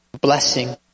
blessing